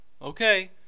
okay